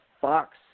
Fox